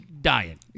dying